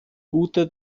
gute